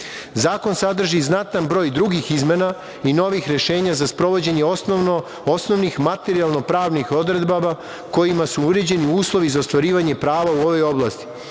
sadrži i znatan broj drugih izmena i novih rešenja za sprovođenje osnovnih materijalno-pravnih odredaba kojima su uređeni uslovi za ostvarivanje prava u ovoj oblasti.